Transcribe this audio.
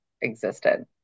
existed